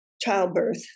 childbirth